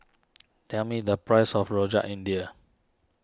tell me the price of Rojak India